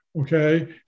Okay